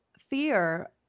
fear